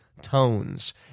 tones